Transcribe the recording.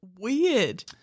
weird